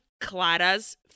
Clara's